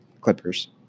Clippers